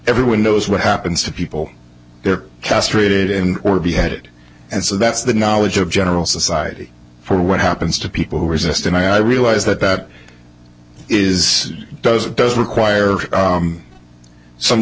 everyone knows what happens to people they're castrated and or beheaded and so that's the knowledge of general society for what happens to people who resist and i realize that bet is it does it does require some